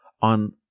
on